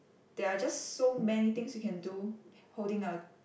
there are just so many things you can do holding a